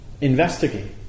investigate